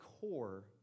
core